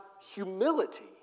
humility